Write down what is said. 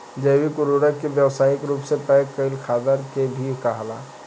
जैविक उर्वरक के व्यावसायिक रूप से पैक कईल खादर के भी कहाला